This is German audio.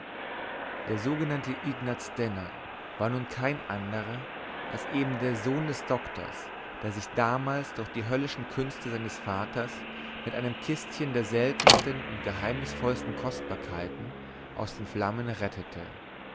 der sogenannte ignaz denner war nun kein anderer als eben der sohn des doktors der sich damals durch die höllischen künste seines vaters mit einem kistchen der seltensten und geheimnisvollsten kostbarkeiten aus den flammen rettete